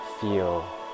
feel